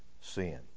sin